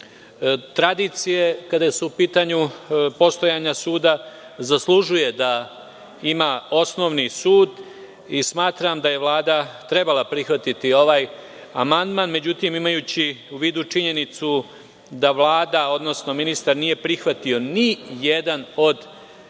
tradicije, kada su u pitanju postojanja suda, zaslužuje da ima osnovni sud i smatram da je Vlada trebala prihvatiti ovaj amandman.Međutim, imajući u vidu činjenicu da Vlada, odnosno ministar nije prihvatio nijedan od